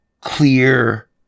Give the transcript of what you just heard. clear